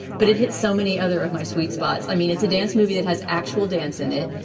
but it hit so many other of my sweet spots. i mean, it's a dance movie it has actual dance in it,